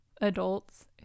adults